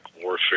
warfare